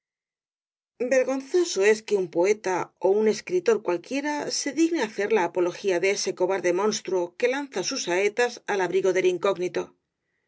vergonzoso es que un poeta ó un escritor cualquiera se digne hacer la apología de ese cobarde monstruo que lanza sus saetas al abrigo del incógnito